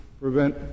prevent